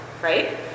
right